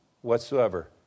whatsoever